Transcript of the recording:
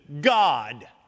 God